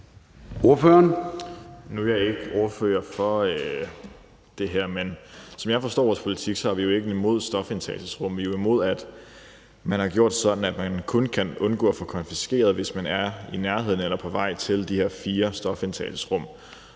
Nu er jeg ikke ordfører på det her område, men som jeg forstår vores politik, er vi ikke imod stofindtagelsesrum, men vi er imod, at man har gjort sådan, at man kun kan undgå at få konfiskeret, hvis man er i nærheden eller på vej til de her fire stofindtagelsesrum.